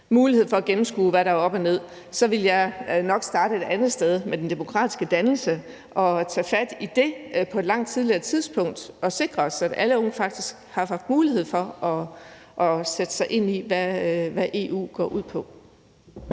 mulighed for at gennemskue, hvad der er op og ned. Så ville jeg nok starte et andet sted, med den demokratiske dannelse, og tage fat i det på et langt tidligere tidspunkt, så vi kan sikre os, at alle unge faktisk har haft mulighed for at sætte sig ind i, hvad EU går ud på.